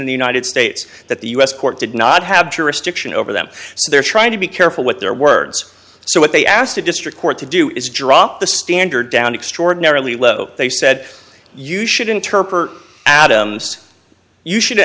in the united states that the u s court did not have jurisdiction over them so they're trying to be careful what their words so what they asked a district court to do is drop the standard down extraordinarily low they said you should interpret adams you should